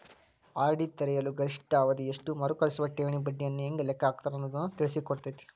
RD ತೆರೆಯಲು ಗರಿಷ್ಠ ಅವಧಿ ಎಷ್ಟು ಮರುಕಳಿಸುವ ಠೇವಣಿ ಬಡ್ಡಿಯನ್ನ ಹೆಂಗ ಲೆಕ್ಕ ಹಾಕ್ತಾರ ಅನ್ನುದನ್ನ ತಿಳಿಸಿಕೊಡ್ತತಿ